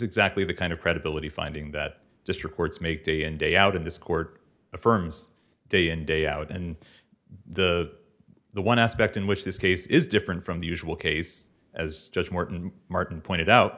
exactly the kind of credibility finding that just records make day in day out of this court affirms day in day out and the the one aspect in which this case is different from the usual case as judge martin martin pointed out